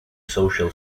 social